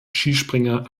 skispringer